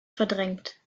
verdrängt